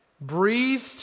breathed